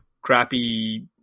crappy